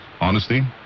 honesty